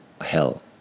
hell